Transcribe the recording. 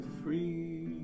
free